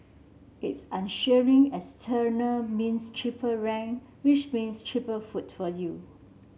its means cheaper rent which means cheaper food for you